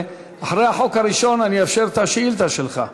ואחרי החוק הראשון אני אאשר את השאילתה שלך.